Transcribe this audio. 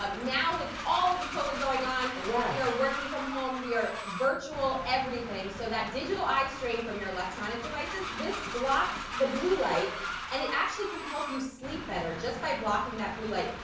um now with all of the covid going on, we are working from home, we are virtual everything. so that digital eyestrain from your electronic devices, this blocks the blue light and it actually can help you sleep better just by blocking that blue light.